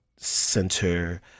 Center